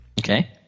Okay